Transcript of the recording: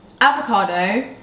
Avocado